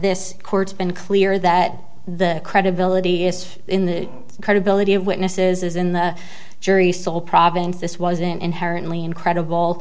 this court's been clear that the credibility is in the credibility of witnesses in the jury sole province this was an inherently incredible